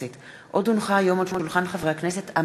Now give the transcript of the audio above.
הונחו היום על שולחן הכנסת,